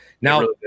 Now